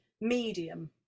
medium